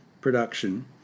production